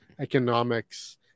economics